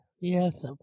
Yes